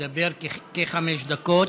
תדבר כחמש דקות,